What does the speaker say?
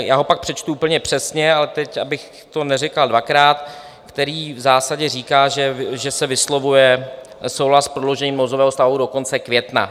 Já ho pak přečtu úplně přesně, ale teď, abych to neříkal dvakrát... který v zásadě říká, že se vyslovuje souhlas s prodloužením nouzového stavu do konce května.